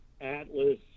Atlas